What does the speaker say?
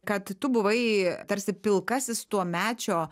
kad tu buvai tarsi pilkasis tuomečio